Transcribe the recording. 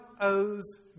owes